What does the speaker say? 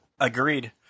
Agreed